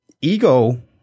Ego